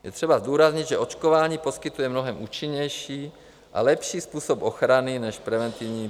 Je třeba zdůraznit, že očkování poskytuje mnohem účinnější a lepší způsob ochrany než preventivní prohlídky.